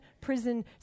prison